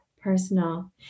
personal